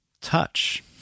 touch